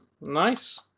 nice